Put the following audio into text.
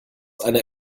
einer